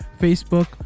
Facebook